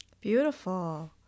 Beautiful